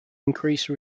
increase